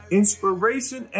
inspiration